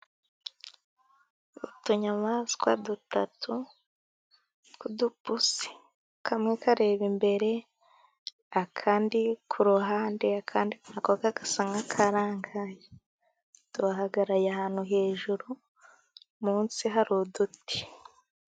Utunyamaswa dutatu tw'udupusi. Kamwe kareba imbere, akandi ku ruhande, akandi nako kagasa n'akarangaye. Duhagaraye ahantu hejuru, munsi hari uduti.